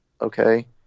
okay